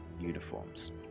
uniforms